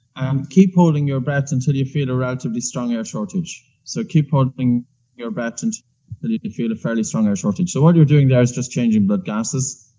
and keep holding your breath until you feel a relatively strong air shortage so keep holding your breath until and you feel a fairly strong air shortage. so what you're doing there is just changing blood gasses,